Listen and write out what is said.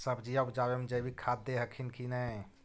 सब्जिया उपजाबे मे जैवीक खाद दे हखिन की नैय?